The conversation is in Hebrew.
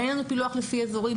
אין לנו פילוח לפי אזורים.